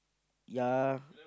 yea